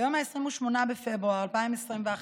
ביום 28 בפברואר 2021,